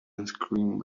unscrewing